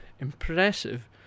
impressive